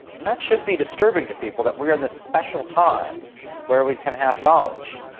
and that should be disturbing to people, that we are in this special time where we can have knowledge.